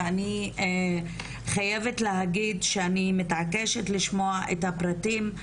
אני חייבת להגיד שאני מתעקשת לשמוע את הפרטים,